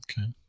Okay